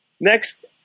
Next